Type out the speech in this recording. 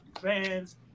fans